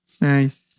Nice